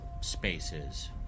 spaces